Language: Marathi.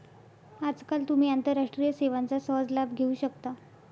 आजकाल तुम्ही आंतरराष्ट्रीय सेवांचा सहज लाभ घेऊ शकता